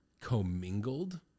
commingled